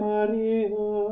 Maria